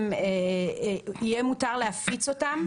יהיה מותר להפיץ אותן,